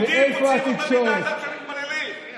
יהודים מוציאים אותם מדעתם כשהם מתפללים.